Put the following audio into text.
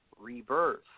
rebirth